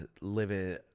living